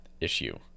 issue